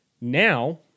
Now